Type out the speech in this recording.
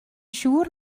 siŵr